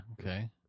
Okay